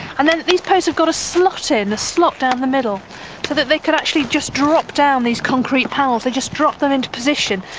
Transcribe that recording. and then these posts have got a slot in, a slot down the middle, so that they could actually just drop down these concrete panels, they just drop them into position.